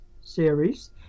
series